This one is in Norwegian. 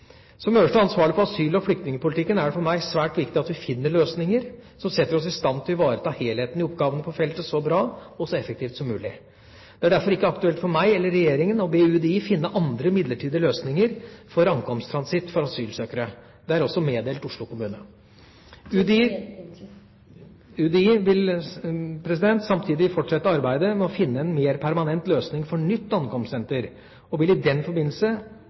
Som øverste ansvarlige for asyl- og flyktningpolitikken er det for meg svært viktig at vi finner løsninger som setter oss i stand til å ivareta helheten i oppgavene på feltet så bra og så effektivt som mulig. Det er derfor ikke aktuelt for meg eller regjeringa å be UDI finne andre, midlertidige løsninger for ankomsttransitt for asylsøkere. Dette er også meddelt Oslo kommune. UDI vil samtidig fortsette arbeidet med å finne en mer permanent løsning for nytt ankomstsenter, og vil i den forbindelse